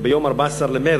ביום 14 במרס,